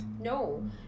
No